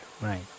right